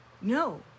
No